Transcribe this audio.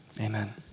Amen